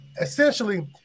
essentially